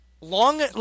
long